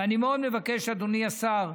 ואני מאוד מבקש, אדוני השר: